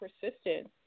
persistence